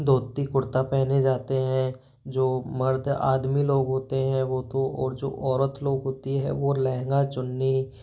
धोती कुर्ता पहने जाते हैं जो मर्द आदमी लोग होते हैं वो तो और जो औरत लोग होती है वो लहंगा चुन्नी